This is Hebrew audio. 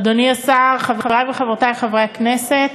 אדוני השר, חברי וחברותי חברי הכנסת,